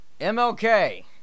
MLK